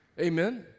Amen